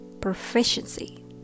Proficiency